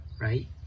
right